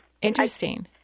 interesting